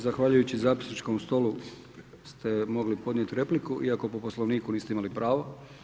Zahvaljujući zapisničkom stolu ste mogli podnijeti repliku iako po Poslovniku niste imali pravo.